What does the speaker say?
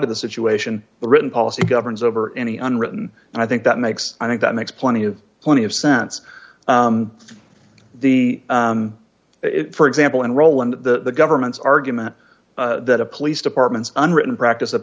to the situation the written policy governs over any unwritten and i think that makes i think that makes plenty of plenty of sense the it for example and roland the government's argument that a police department's unwritten practice